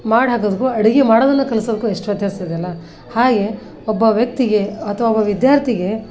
ಮಾಡಿ ಹಾಕೋದ್ಕು ಅಡುಗೆ ಮಾಡೊದನ್ನ ಕಲ್ಸೋದಕ್ಕು ಎಷ್ಟು ವ್ಯತ್ಯಾಸ ಇದೆ ಅಲ್ಲ ಹಾಗೇ ಒಬ್ಬ ವ್ಯಕ್ತಿಗೆ ಅಥ್ವಾ ಒಬ್ಬ ವಿದ್ಯಾರ್ಥಿಗೆ